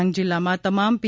ડાંગ જિલ્લામાં તમામ પી